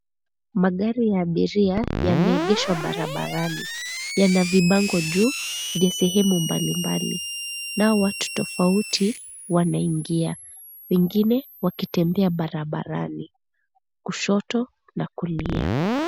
Magari ya abiria yameegeshwa barabarani, yana vibango juu, vya sehemu mbalimbali. Nao watu tofauti, wanaingia, wengine wakitembea barabarani, kushoto, na kulia.